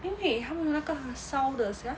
因为他们的那个很烧的 sia